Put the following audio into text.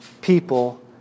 people